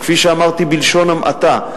שכפי שאמרתי בלשון המעטה,